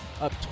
up